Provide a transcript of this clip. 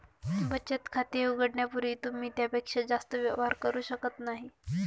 बचत खाते उघडण्यापूर्वी तुम्ही त्यापेक्षा जास्त व्यवहार करू शकत नाही